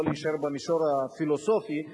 לא להישאר במישור הפילוסופי,